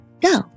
go